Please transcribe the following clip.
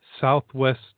Southwest